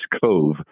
Cove